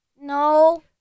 No